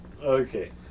Okay